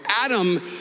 Adam